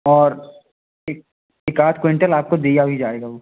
और एक एक आध क्विंटल आपको दिया भी जाएगा वह